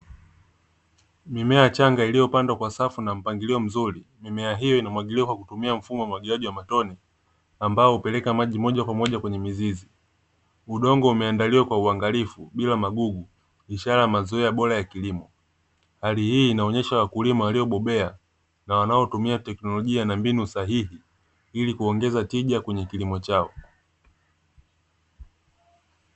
Mimea changa iliyo pandwa kwa safu na mpangilio mzuri, mimea hiyo inamwagiliwa kwa kutumia mfumo wa umwagiliaji wa matone, ambao hupeleka maji moja kwa moja kwenye mizizi, udongo umeandaliwa kwa uangalifu, bila magugu, ishara ya mazoea bora ya kilimo, hali hii inawaonesha wakulima walio bobea na wanao tumia teknolojia na mbinu sahihi, ili kuongeza tija kwenye kilimo chao.